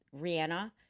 Rihanna